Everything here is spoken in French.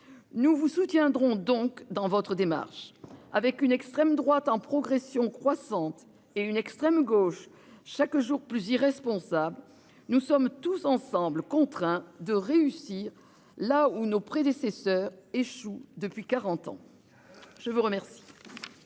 Nous vous soutiendrons donc dans votre démarche, avec une extrême droite en progression croissante et une extrême gauche chaque jour plus irresponsable. Nous sommes tous ensembles contraint de réussir là où nos prédécesseurs échoue depuis 40 ans. Je vous remercie.